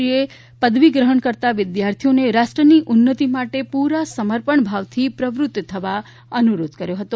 આ પ્રસંગે રાજ્યપાલશ્રીએ પદવી ગ્રહણ કરતા વિદ્યાર્થીઓને રાષ્ટ્રની ઉન્નતિ માટે પૂરા સમર્પણભાવથી પ્રવૃત્ત થવા અનુરોધ કર્યો હતો